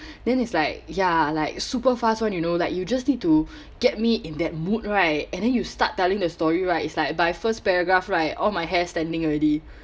then is like ya like super fast [one] you know like you just need to get me in that mood right and then you start telling the story right is like by first paragraph right all my hair standing already